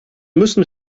müssen